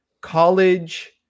college